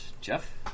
Jeff